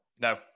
No